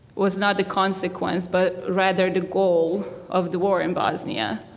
was not the consequence, but rather the goal of the war in bosnia.